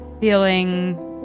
feeling